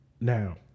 Now